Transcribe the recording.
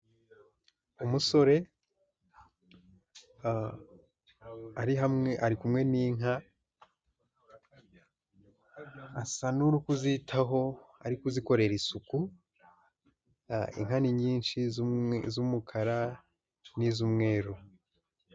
Umusore ari hamwe ari kumwe n'inka, asa n'uri kuzitaho ari kuzikorera isuku, inka ni nyinshi z'umwe z'umukara n'iz'umweru.